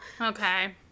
Okay